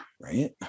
Right